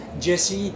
Jesse